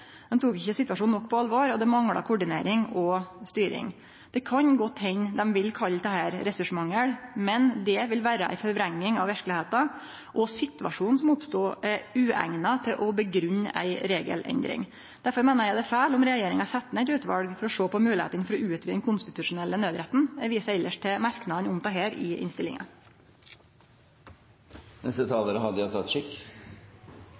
tok ikkje situasjonen nok på alvor, og det mangla koordinering og styring. Det kan godt hende dei vil kalle dette ressursmangel, men det vil vere ei forvrenging av verkelegheita, og situasjonen som oppstod, er ueigna til å grunngje ei regelendring. Derfor meiner eg det er feil om regjeringa set ned eit utval for å sjå på moglegheitene for å utvide den konstitusjonelle naudretten. Eg viser elles til merknadene om dette i